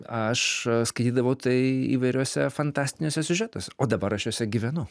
aš skaitydavau tai įvairiuose fantastiniuose siužetuose o dabar aš juose gyvenu